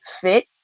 fit